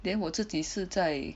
then 我自己是在